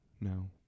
No